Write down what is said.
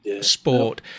sport